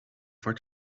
for